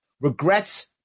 regrets